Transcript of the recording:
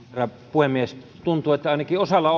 puhemies tuntuu että ainakin osalla